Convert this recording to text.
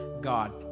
God